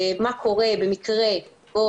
מה קורה במקרה כזה,